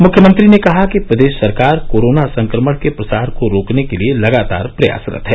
मुख्यमंत्री ने कहा कि प्रदेश सरकार कोरोना संक्रमण के प्रसार को रोकने के लिये लगातार प्रयासरत हैं